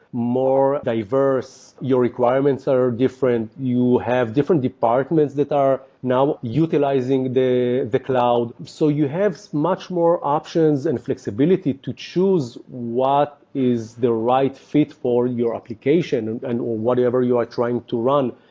more diverse, your requirements are different. you have different departments that are now utilizing the the cloud. so you have much more options and flexibility to choose what is the right fit for your application and whatever you are trying to run.